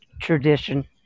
tradition